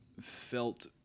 felt